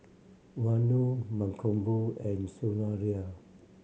Vanu Mankombu and Sundaraiah